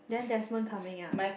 then Desmond coming ah